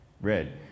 Red